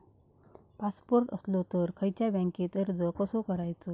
Passport असलो तर खयच्या बँकेत अर्ज कसो करायचो?